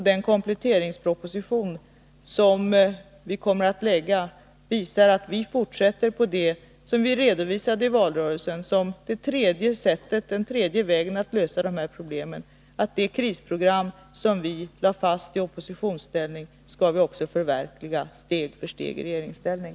Den kompletteringsproposition som vi kommer att framlägga visar att vi fortsätter med det som vi redovisade i valrörelsen som den tredje vägen att lösa de här problemen. Det krisprogram som vi lade fast i oppositionsställning skall vi också förverkliga steg för steg i regeringsställning.